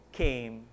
came